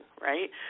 right